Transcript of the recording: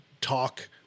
talk